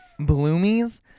Bloomies